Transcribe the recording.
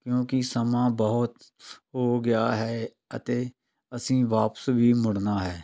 ਕਿਉਂਕਿ ਸਮਾਂ ਬਹੁਤ ਹੋ ਗਿਆ ਹੈ ਅਤੇ ਅਸੀਂ ਵਾਪਸ ਵੀ ਮੁੜਨਾ ਹੈ